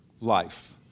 life